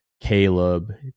Caleb